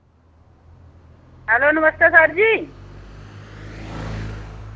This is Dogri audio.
हैलो नमस्ते सर जी